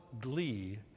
glee